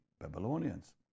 Babylonians